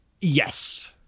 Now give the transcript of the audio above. Yes